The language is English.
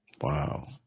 Wow